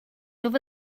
over